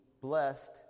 blessed